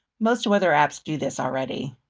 most weather apps do this already.